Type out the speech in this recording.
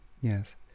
yes